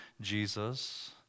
Jesus